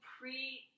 pre